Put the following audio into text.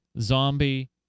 zombie